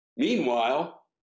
Meanwhile